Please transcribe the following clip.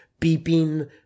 beeping